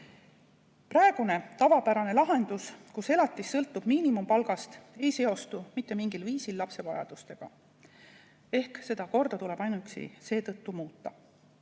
Praegune tavapärane lahendus, mille korral elatis sõltub miinimumpalgast, ei seostu mitte mingil viisil lapse vajadustega. Seda korda tuleb juba ainuüksi seetõttu muuta.